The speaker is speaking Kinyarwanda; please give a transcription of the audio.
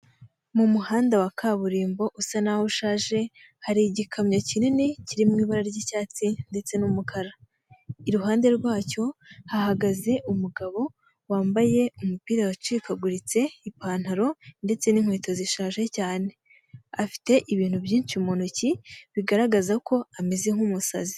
Mu muhanda wa kaburimbo usa naho ushaje hari igikamyo kinini kiririmo mu ibara ry'icyatsi ndetse n'umukara, i ruhande rwacyo hahagaze umugabo wambaye umupira wacikaguritse, ipantaro ndetse n'inkweto zishaje cyane, afite ibintu byinshi mu ntoki bigaragaza ko ameze nk'umusazi